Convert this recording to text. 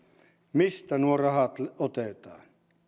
mistä nuo rahat otetaan